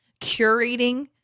curating